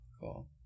Cool